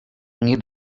nie